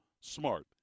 smart